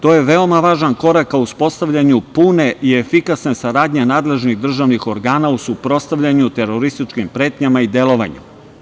To je veoma važan korak ka uspostavljanju pune i efikasne saradnje nadležnih državnih organa u suprotstavljanju terorističkim pretnjama i delovanju.